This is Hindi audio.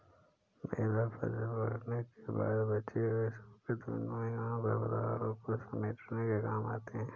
बेलर फसल कटने के बाद बचे हुए सूखे तनों एवं खरपतवारों को समेटने के काम आते हैं